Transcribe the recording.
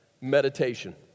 Meditation